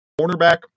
Cornerback